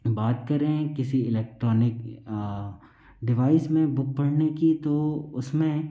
बात करें किसी इलेक्ट्रॉनिक डिवाइस में बुक पढ़ने की तो उसमें